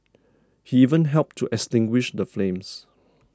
he even helped to extinguish the flames